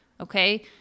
okay